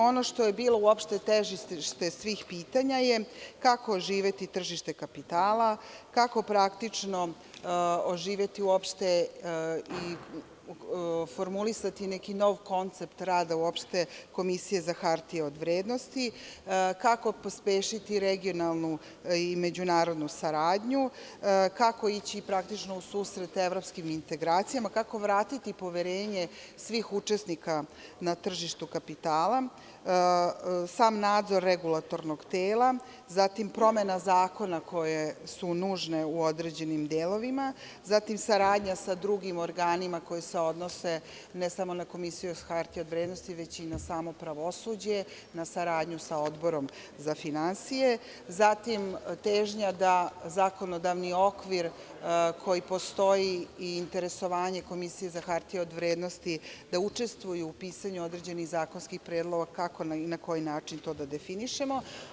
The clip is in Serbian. Ono što je bilo uopšte težište svih pitanja je - kako oživeti tržište kapitala, kako praktično oživeti uopšte i formulisati neki nov koncept rada uopšte Komisije za hartije od vrednosti, kako pospešiti regionalnu i međunarodnu saradnju, kako ići praktično u susret evropskim integracijama, kako vratiti poverenje svih učesnika na tržištu kapitala, sam nadzor regulatornog tela, zatim promene zakona koje su nužne u određenim delovima, zatim saradnja sa drugim organima koji se odnose ne samo na Komisiju za hartije od vrednosti, već i na samo pravosuđe, na saradnju sa Odborom za finansije, zatim težnja da zakonodavni okvir koji postoji i interesovanje Komisije za hartije od vrednosti da učestvuje u pisanju određenih zakonskih predloga, kako i na koji način to da definišemo.